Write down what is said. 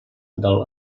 del